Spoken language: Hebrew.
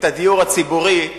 את הדיור הציבורי,